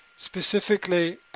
specifically